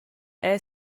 era